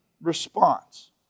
response